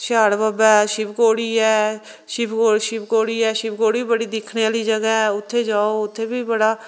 सियाढ़ बाबा ऐ शिवखोड़ी ऐ शिव शिवखोड़ी शिवखोड़ी बड़ी दिक्खने आह्ली जगह ऐ उत्थै जाओ उत्थै बी बड़ाै